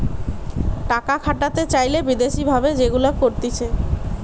টাকা খাটাতে চাইলে বিদেশি ভাবে যেগুলা করতিছে